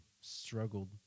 struggled